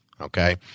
okay